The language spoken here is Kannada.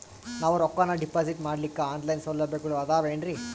ನಾವು ರೊಕ್ಕನಾ ಡಿಪಾಜಿಟ್ ಮಾಡ್ಲಿಕ್ಕ ಆನ್ ಲೈನ್ ಸೌಲಭ್ಯಗಳು ಆದಾವೇನ್ರಿ?